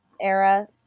era